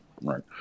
Right